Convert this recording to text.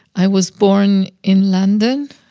i was born in london,